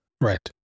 right